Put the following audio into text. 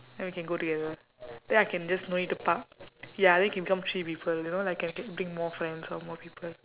then we can go together then I can just no need to park ya then can become three people you know like c~ can bring more friends or more people